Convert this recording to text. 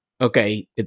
Okay